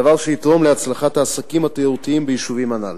דבר שיגרום להצלחת העסקים התיירותיים ביישובים הללו.